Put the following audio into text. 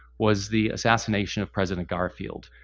was the assassination of president garfield.